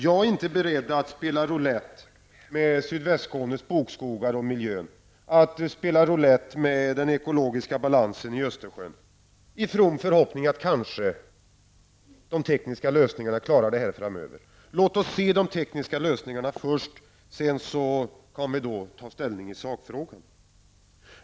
Jag är inte beredd att spela roulett med sydvästskånes bokskogar och miljön eller den ekologiska balansen i Östersjön i from förhoppning att kanske de tekniska lösningarna klarar detta framöver. Låt oss se de tekniska lösningarna först. Sedan kan vi ta ställning i sakfrågorna.